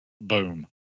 boom